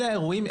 אלה האירועים,